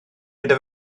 gyda